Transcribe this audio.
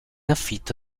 affitto